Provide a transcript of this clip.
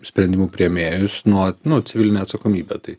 sprendimų priėmėjus nuo nu civiline atsakomybe tai